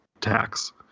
tax